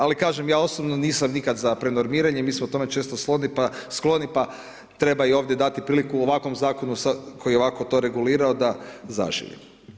Ali, kažem ja osobno nisam nikada za reformiranje, mi smo tome često skloni, pa treba i ovdje dati priliku, ovakvom zakonu koji je ovko to regulirao da zaživi.